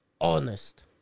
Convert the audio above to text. honest